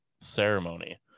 ceremony